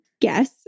guess